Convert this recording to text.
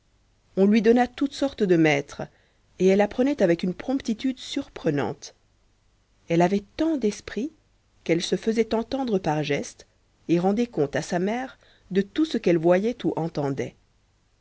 on lui donna toutes sortes de maîtres et elle apprenait avec une promptitude surprenante elle avait tant d'esprit qu'elle se faisait entendre par des gestes et rendait compte à sa mère de tout ce qu'elle voyait ou entendait